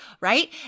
right